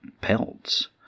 pelts